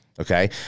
Okay